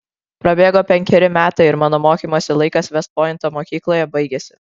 prabėgo penkeri metai ir mano mokymosi laikas vest pointo mokykloje baigėsi